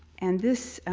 and this